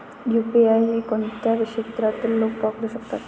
UPI हे कोणत्या क्षेत्रातील लोक वापरू शकतात?